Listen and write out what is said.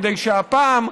כדי שהפעם,